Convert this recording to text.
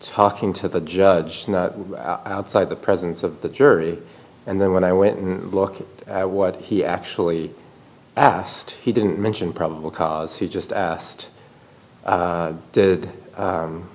talking to the judge outside the presence of the jury and then when i went and look at what he actually asked he didn't mention probable cause he just asked did